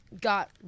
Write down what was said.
got